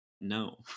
no